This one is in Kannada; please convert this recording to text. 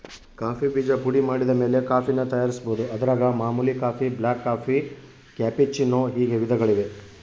ಕಾಫಿ ಬೀಜ ಪುಡಿಮಾಡಿದಮೇಲೆ ಕಾಫಿನ ತಯಾರಿಸ್ಬೋದು, ಅದರಾಗ ಮಾಮೂಲಿ ಕಾಫಿ, ಬ್ಲಾಕ್ಕಾಫಿ, ಕ್ಯಾಪೆಚ್ಚಿನೋ ಹೀಗೆ ವಿಧಗಳಿವೆ